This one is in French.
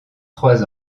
trois